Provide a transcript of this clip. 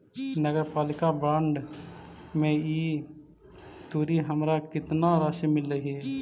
नगरपालिका बॉन्ड में ई तुरी हमरा केतना राशि मिललई हे?